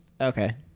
Okay